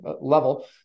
level